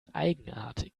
eigenartig